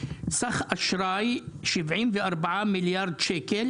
סך האשראי הוא 74 מיליארד שקל